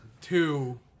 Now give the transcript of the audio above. Two